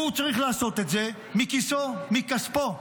הוא צריך לעשות את זה מכיסו, מכספו.